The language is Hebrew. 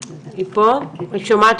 היי, כן,